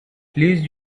please